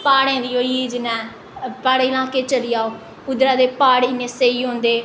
प्हाड़ें दी होई गेई जि'यां प्हाड़ी लाकें च चली जाओ उद्धरा दे प्हाड़ इन्ने स्हेई होंदे